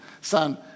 son